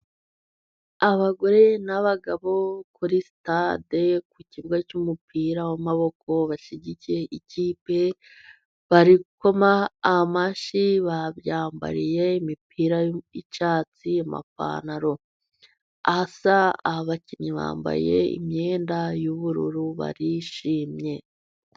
Abagore n'abagabo kuri sitade ku kibuga cy'umupira w'amaboko bashyigikiye ikipe, bari gukoma amashyi babyambariye imipira y'icyatsi, amapantaro asa, abakinnyi bambaye imyenda y'ubururu barishimye.